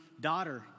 daughter